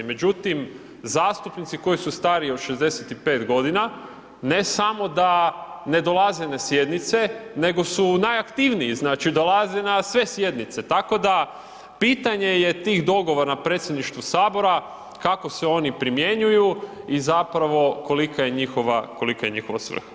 Međutim, zastupnici koji su stariji od 65.g. ne samo da ne dolaze na sjednice nego su najaktivniji, znači dolaze na sve sjednice, tako da pitanje je tih dogovora na predsjedništvu sabora kako se oni primjenjuju i zapravo kolika je njihova, kolika je njihova svrha.